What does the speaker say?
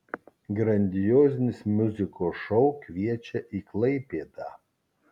grandiozinis muzikos šou kviečia į klaipėdą